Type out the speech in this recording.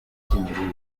cy’imirire